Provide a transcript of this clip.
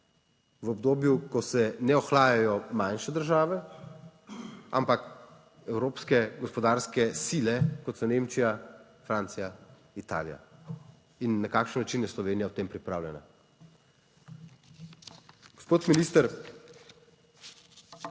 V obdobju, ko se ne ohlajajo manjše države, ampak evropske gospodarske sile, kot so Nemčija, Francija, Italija. In na kakšen način je Slovenija v tem pripravljena. **21.